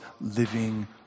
living